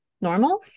normal